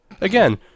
Again